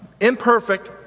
imperfect